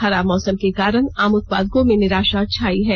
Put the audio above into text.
खराब मौसम के कारण आम उत्पादकों में निराषा छायी है